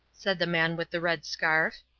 said the man with the red scarf.